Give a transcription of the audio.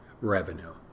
revenue